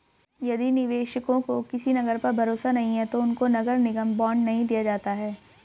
यदि निवेशकों को किसी नगर पर भरोसा नहीं है तो उनको नगर निगम बॉन्ड नहीं दिया जाता है